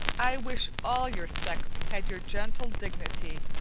i wish all your sex had your gentle dignity,